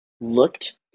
looked